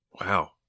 Wow